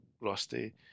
rusty